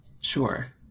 sure